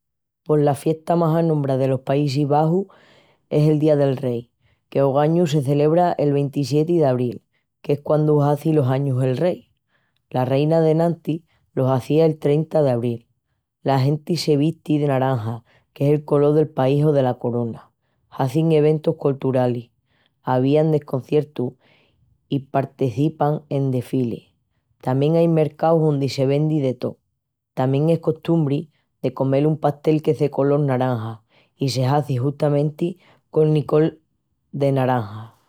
Pos la fiesta más anombrá delos Paísis Baxus es el día del rei, qu'ogañu se celebra el ventissieti d'abril, qu'es quandu hazi los añus el rei. La reina d'enantis los hazía'l trenta d'abril. La genti se visti de naranja que es la colol del país o de la corona. Hazin eventus colturales, avían desconciertus i partecipan en desfilis. Tamién ain mercaus ondi se vendi de tó. Tamién es costumbri de comel un pastel que es de colol naranja i se hazi justamenti con licol de naranja. Amus qu'el préncipi era dela casa d'Orange i por essu lo del naranja.